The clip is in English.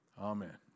Amen